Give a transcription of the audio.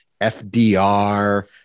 FDR